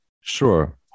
Sure